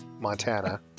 Montana